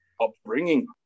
upbringing